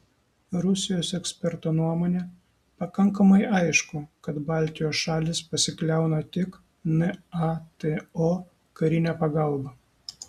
rusijos eksperto nuomone pakankamai aišku kad baltijos šalys pasikliauna tik nato karine pagalba